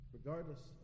Regardless